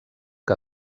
que